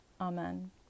Amen